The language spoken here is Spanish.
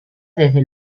desde